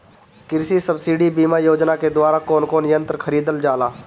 कृषि सब्सिडी बीमा योजना के द्वारा कौन कौन यंत्र खरीदल जाला?